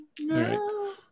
no